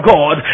God